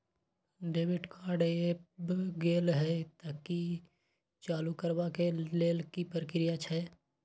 Debit card ऐब गेल हैं त ई चालू करबा के लेल की प्रक्रिया छै?